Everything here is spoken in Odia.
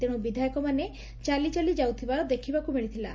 ତେଶୁ ବିଧାୟକମାନେ ଚାଲିଚାଲି ଯାଉଥବାର ଦେଖବାକୁ ମିଳିଥଲା